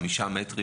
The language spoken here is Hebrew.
חמישה מטרים,